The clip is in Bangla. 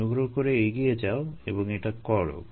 অনুগ্রহ করে এগিয়ে যাও এবং এটা করো